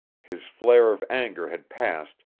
his flare of anger had passed,